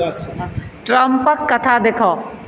ट्रम्पक कथा देखाउ